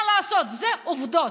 מה לעשות, אלה עובדות.